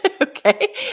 okay